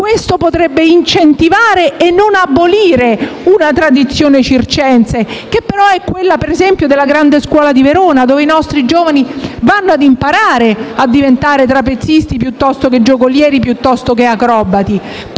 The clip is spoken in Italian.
Questo potrebbe incentivare e non abolire una tradizione circense, che è quella, per esempio, della grande scuola di Verona, dove i nostri giovani imparano a diventare trapezisti piuttosto che giocolieri o acrobati.